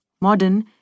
modern